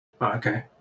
Okay